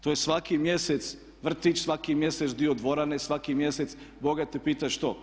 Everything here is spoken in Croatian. To je svaki mjesec vrtić, svaki mjesec dio dvorane, svaki mjesec Boga pitaj što.